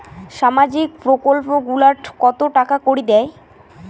সামাজিক প্রকল্প গুলাট কত টাকা করি দেয়?